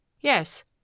Yes